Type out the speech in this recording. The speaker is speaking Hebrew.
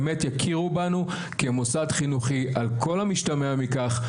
באמת יכירו בנו כמוסד כחינוכי על כל המשתמע מכך,